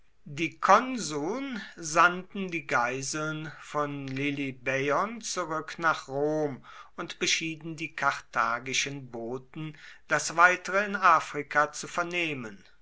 die konsuln sandten die geiseln von lilybäon zurück nach rom und beschieden die karthagischen boten das weitere in afrika zu vernehmen